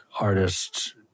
artist's